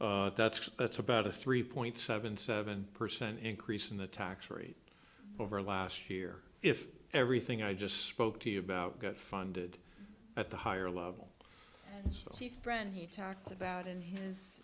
that's that's about a three point seven seven percent increase in the tax rate over last year if everything i just spoke to you about got funded at the higher level friend he talked about in his